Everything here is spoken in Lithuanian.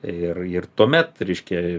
ir ir tuomet reiškia